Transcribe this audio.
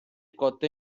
cotta